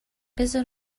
بزار